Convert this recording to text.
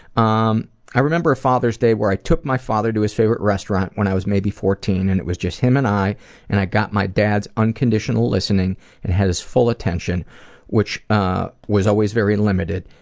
um i remember father's day where i took my father to his favorite restaurant when i was maybe fourteen and it was just him and i and i got my dad's unconditional listening and his full attention which ah was always very limited,